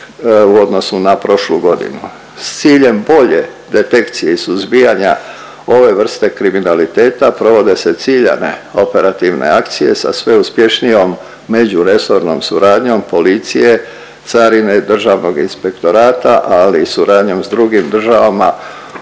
u odnosu na prošlu godinu. S ciljem bolje detekcije i suzbijanja ove vrste kriminaliteta provode se ciljane operativne akcije sa sve uspješnijom međuresornom suradnjom policije, carine i Državnog inspektorata, ali i suradnjom s drugim državama